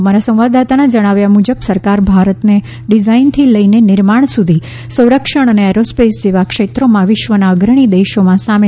અમારા સંવાદદાતાના જણાવ્યા મુજબ સરકાર ભારતને ડિઝાઇનથી લઈને નિર્માણ સુધી સંરક્ષણ અને એરો સ્પેસ જેવા ક્ષેત્રોમાં વિશ્વના અગ્રણી દેશોમાં સામેલ કરવા ઇચ્છ છે